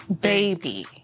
Baby